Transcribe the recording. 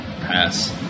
pass